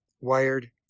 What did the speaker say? wired